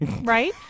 right